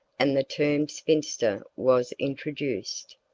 and the term spinster was introduced.